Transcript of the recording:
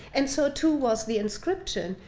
and so too was the inscription,